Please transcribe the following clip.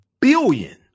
billion